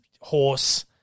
horse